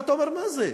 ואתה אומר: מה זה?